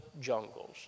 jungles